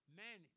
man